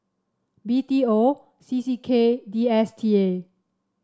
B T O C C K and D S T A